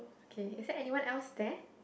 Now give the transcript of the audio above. okay is there anyone else there